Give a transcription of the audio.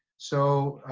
so,